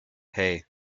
hey